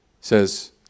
Says